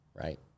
right